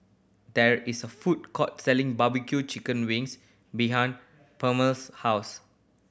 there is a food court selling Barbecue chicken wings behind Palmer's house